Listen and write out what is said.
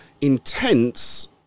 intense